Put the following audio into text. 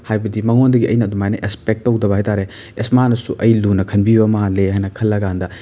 ꯍꯥꯏꯕꯗꯤ ꯃꯉꯣꯟꯗꯒꯤ ꯑꯩꯅ ꯑꯗꯨꯃꯥꯏꯅ ꯑꯦꯁꯄꯦꯛ ꯇꯧꯗꯕ ꯍꯥꯏꯇꯥꯔꯦ ꯑꯦꯁ ꯃꯥꯅꯁꯨ ꯑꯩ ꯂꯨꯅ ꯈꯟꯕꯤꯕ ꯃꯥꯜꯂꯦ ꯍꯥꯏꯅ ꯈꯜꯂ ꯀꯥꯟꯗ